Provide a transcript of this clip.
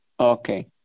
Okay